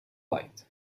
light